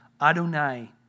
Adonai